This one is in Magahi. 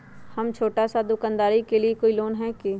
हम छोटा सा दुकानदारी के लिए कोई लोन है कि?